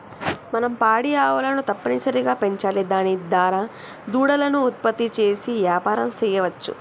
మనం పాడి ఆవులను తప్పనిసరిగా పెంచాలి దాని దారా దూడలను ఉత్పత్తి చేసి యాపారం సెయ్యవచ్చు